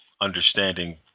understanding